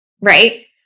right